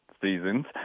seasons